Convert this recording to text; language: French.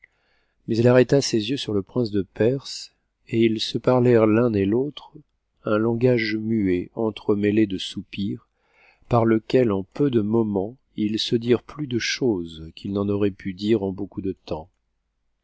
mais elle arrêta ses yeux sur le pt'iuce de perse et ils se parlèrent l'un et l'autre un langage muet entremêlé de soupirs par lequel en peu de moments ils se dirent plus de choses qu'ils n'en auraient pu dire en beaucoup de temps